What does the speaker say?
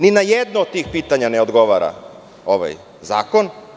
Ni na jedno od tih pitanja ne odgovara ovaj zakon.